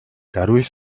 dadurch